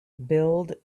build